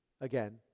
again